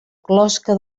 closca